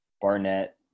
Barnett